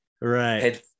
Right